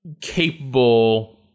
capable